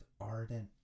ardent